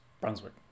Brunswick